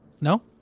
No